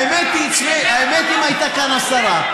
האמת היא, אם הייתה כאן השרה,